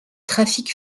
trafic